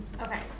okay